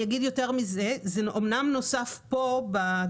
אומנם נוסף פה בנסחות,